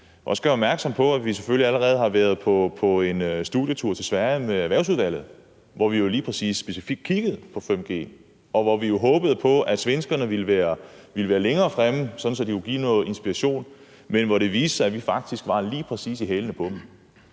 vil også gøre opmærksom på, at vi selvfølgelig allerede har været på en studietur til Sverige med Erhvervsudvalget, hvor vi lige præcis kiggede på 5G, og hvor vi jo håbede på, at svenskerne ville være længere fremme, sådan at det kunne give noget inspiration, men hvor det viste sig, at vi faktisk var lige præcis i hælene på dem.